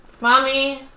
mommy